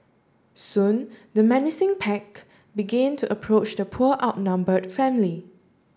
soon the menacing pack began to approach the poor outnumbered family